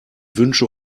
wünsche